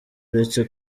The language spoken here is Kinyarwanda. uretse